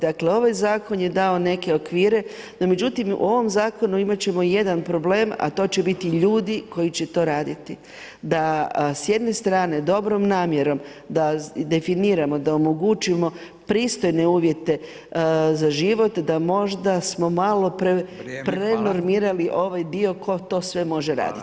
Dakle, ovaj zakon je dao neke okvire, no međutim, u ovom zakonu imati ćemo jedan problem, a to će biti ljudi koji će to raditi, da s jedne strane s dobrom namjerom, da definiramo, da omogućimo pristojne uvjete za život, da možda smo malo prenormirali ovaj dio tko to sve može raditi.